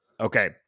Okay